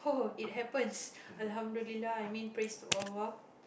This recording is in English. oh it happens I mean praise to